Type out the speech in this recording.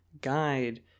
guide